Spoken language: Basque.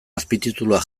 azpitituluak